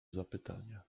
zapytania